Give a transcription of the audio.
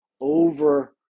over